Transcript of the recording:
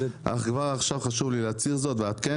אך כבר עכשיו חשוב לי להצהיר זאת ואעדכן